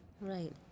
Right